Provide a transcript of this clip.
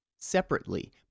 Separately